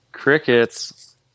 crickets